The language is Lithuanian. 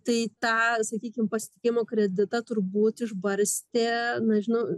tai tą sakykim pasitikėjimo kreditą turbūt išbarstė nežinau